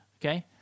okay